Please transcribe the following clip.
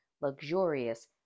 luxurious